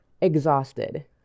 Exhausted